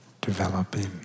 Developing